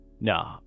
No